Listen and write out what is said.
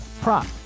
prop